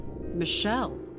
Michelle